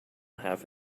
half